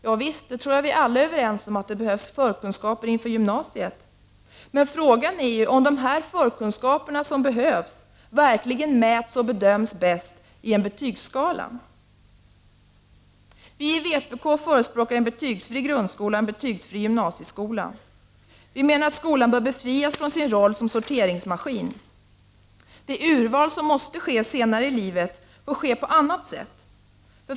Javisst — vi är alla överens om att det behövs förkunskaper inför gymnasiet, men frågan är om de förkunskaper som behövs verkligen mäts och bedöms bäst i en betygsskala. Vi i vpk förespråkar en betygsfri grundskola och en betygsfri gymnasieskola. Vi menar att skolan bör befrias från sin roll som sorteringsmaskin. Det urval som måste ske senare i livet får ske på annat sätt.